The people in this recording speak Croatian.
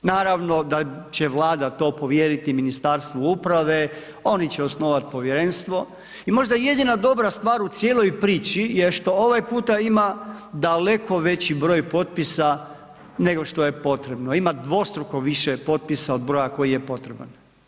Naravno da će Vlada to povjeriti Ministarstvu uprave, oni će osnovat povjerenstvo i možda jedina dobra stvar u cijeloj priči je što ovaj puta ima daleko veći broj potpisa nego što je potrebno, ima dvostruko više potpisa od broja koji je potreban.